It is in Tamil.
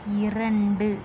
இரண்டு